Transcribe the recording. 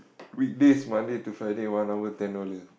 weekdays Monday to Friday one hour ten dollar